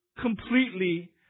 completely